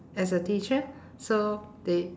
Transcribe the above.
as a teacher so they